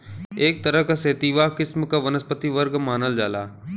एक तरह क सेतिवा किस्म क वनस्पति वर्ग मानल जाला